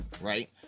right